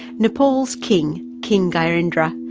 nepal's king, king gyanendra,